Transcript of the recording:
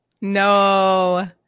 No